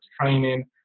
training